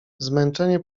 zmęczenie